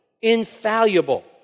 infallible